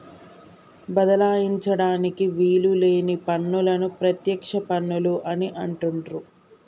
బదలాయించడానికి వీలు లేని పన్నులను ప్రత్యక్ష పన్నులు అని అంటుండ్రు